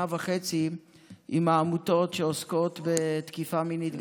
וחצי עם העמותות שעוסקות בתקיפה מינית,